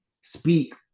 speak